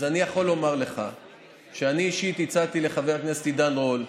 אז אני יכול לומר לך שאני אישית הצעתי לחבר הכנסת עידן רול,